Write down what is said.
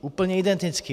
Úplně identický.